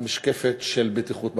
המשקפת של בטיחות בדרכים.